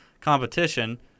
Competition